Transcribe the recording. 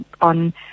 on